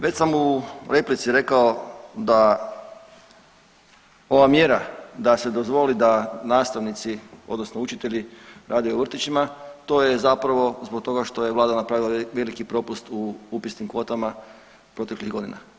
Već sam u replici rekao da ova mjera da se dozvoli da nastavnici odnosno učitelji rade u vrtićima to je zapravo zbog toga što je vlada napravila veliki propust u upisnim kvotama proteklih godina.